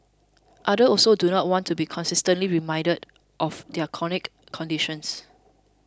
others also do not want to be constantly reminded of their chronic conditions